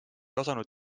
osanud